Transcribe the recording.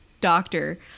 doctor